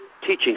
teaching